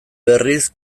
berriz